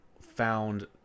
found